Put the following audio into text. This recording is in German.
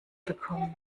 bekommen